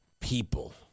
people